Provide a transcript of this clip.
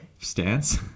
stance